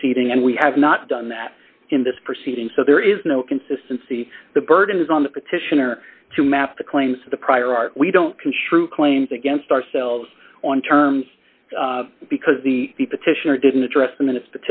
proceeding and we have not done that in this proceeding so there is no consistency the burden is on the petitioner to match the claims of the prior art we don't construe claims against ourselves on terms because the the petitioner didn't address them in